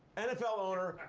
nfl owner,